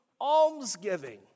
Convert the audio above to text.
almsgiving